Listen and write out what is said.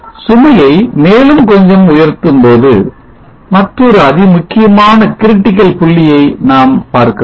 சுமையை மேலும் கொஞ்சம் உயர்த்தும்போது மற்றொரு அதிமுக்கியமான புள்ளியை நாம் பார்க்கிறோம்